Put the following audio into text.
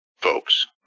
folks